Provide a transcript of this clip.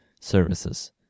services